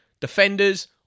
Defenders